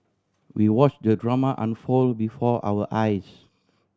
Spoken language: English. we watch the drama unfold before our eyes